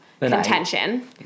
contention